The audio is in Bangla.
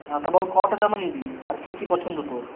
হ্যাঁ তা বল কটা জামা নিবি আর কি কি পছন্দ তোর